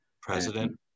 President